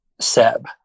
Seb